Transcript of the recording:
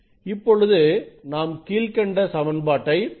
இப்பொழுது நாம் கீழ்க்கண்ட சமன்பாட்டை எழுதலாம்